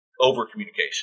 over-communication